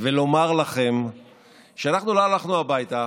ולומר לכם שאנחנו לא הלכנו הביתה,